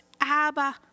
Abba